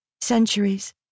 Centuries